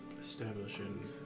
Establishing